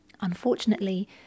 Unfortunately